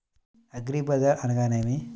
అగ్రిబజార్ అనగా నేమి?